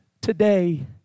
today